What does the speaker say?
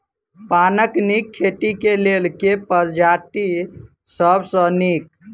पानक नीक खेती केँ लेल केँ प्रजाति सब सऽ नीक?